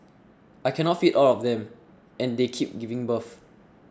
I cannot feed all of them and they keep giving birth